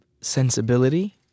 sensibility